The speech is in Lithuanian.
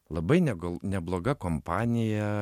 labai ne gal nebloga kompanija